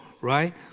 right